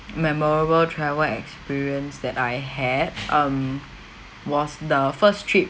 memorable travel experience that I had um was the first trip